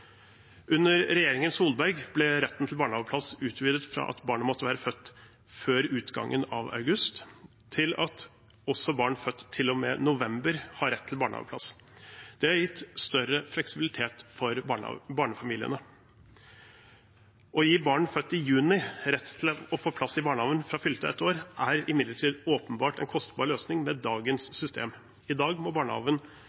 Under regjeringen Solberg ble retten til barnehageplass utvidet fra at barnet måtte være født før utgangen av august, til at også barn født til og med november har rett til barnehageplass. Det har gitt større fleksibilitet for barnefamiliene. Å gi barn født i juni rett til å få plass i barnehagen fra fylte ett år er imidlertid åpenbart en kostbar løsning med